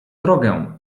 drogę